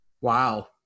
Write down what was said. Wow